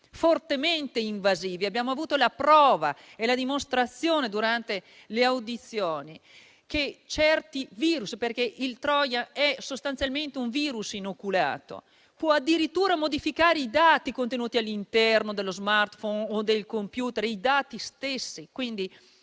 fortemente invasivi. Abbiamo avuto la prova e la dimostrazione, durante le audizioni, che certi *virus* - il *trojan* è sostanzialmente un *virus* inoculato - possono addirittura modificare i dati stessi contenuti all'interno dello *smartphone* o del *computer*. Quindi,